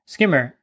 Skimmer